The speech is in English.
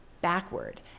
backward